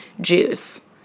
juice